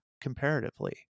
comparatively